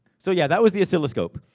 so yeah, that was the oscilloscope.